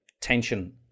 tension